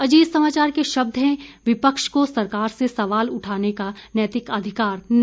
अजीत समाचार के शब्द हैं विपक्ष को सरकार से सवाल करने का नैतिक अधिकार नहीं